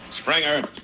Springer